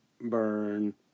burn